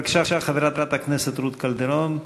בבקשה, חברת הכנסת רות קלדרון.